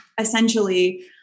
essentially